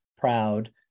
proud